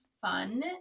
fun